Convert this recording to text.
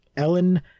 Ellen